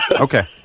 Okay